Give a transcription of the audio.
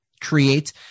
create